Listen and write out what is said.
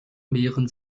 mehren